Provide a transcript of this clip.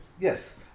Yes